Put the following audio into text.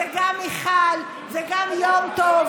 וגם מיכל וגם יום טוב.